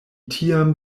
tiam